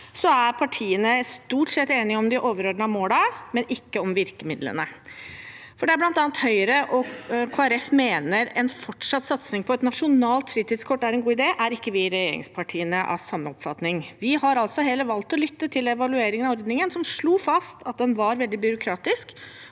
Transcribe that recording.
er partiene stort sett enige om de overordnede målene, men ikke om virkemidlene. Der bl.a. Høyre og Kristelig Folkeparti mener en fortsatt satsing på et nasjonalt fritidskort er en god idé, er ikke vi i regjeringspartiene av samme oppfatning. Vi har heller valgt å lytte til evalueringen av ordningen, som slo fast at den var veldig byråkratisk